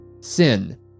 Sin